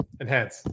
enhance